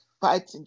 fighting